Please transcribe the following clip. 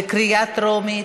בקריאה טרומית.